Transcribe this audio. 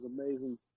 amazing